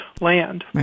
land